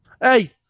Hey